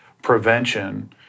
prevention